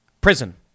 prison